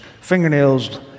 fingernails